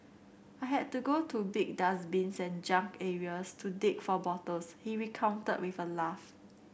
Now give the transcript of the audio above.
I had to go to big dustbins and junk areas to dig for bottles he recounted with a laugh